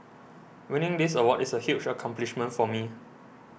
winning this award is a huge accomplishment for me